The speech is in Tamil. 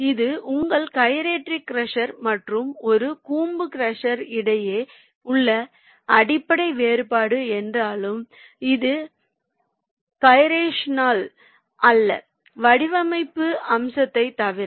இது உங்கள் கைரேட்டரி க்ரஷர் மற்றும் ஒரு கூம்பு க்ரஷர் இடையே உள்ள அடிப்படை வேறுபாடு என்றாலும் இது கைரேஷனால் அல்ல வடிவமைப்பு அம்சத்தைத் தவிர